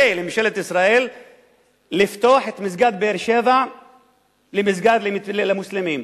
לממשלת ישראל לפתוח את מסגד באר-שבע כמסגד למוסלמים.